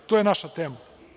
To je naša tema.